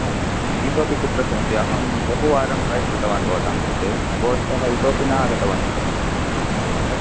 इतोपि कुत्र सन्ति अहं बहुवारं ट्रै कृतवान् भवतां कृते भवन्तः इतोपि न आगतवन्तः अस्तु